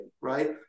right